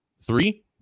Three